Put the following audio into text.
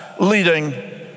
leading